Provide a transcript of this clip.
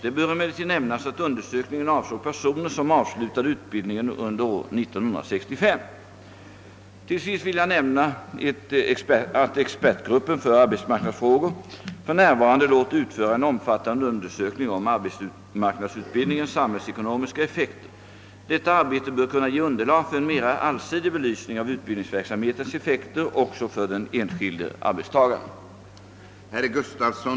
Det bör emellertid nämnas att undersökningen avsåg personer som avslutade utbildningen under år 1965. Till sist vill jag nämna att expertgruppen för arbetsmarknadsfrågor för närvarande låter utföra en omfattande undersökning om arbetsmarknadsutbildningens samhällsekonomiska effekter. Detta arbete bör kunna ge underlag för en mera allsidig belysning av utbildningsverksamhetens effekter också för den enskilde arbetstagaren.